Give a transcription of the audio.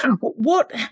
What-